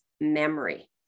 memory